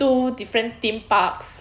two different theme parks